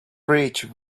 bridge